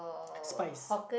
spize